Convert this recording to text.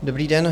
Dobrý den.